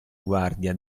guardia